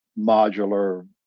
modular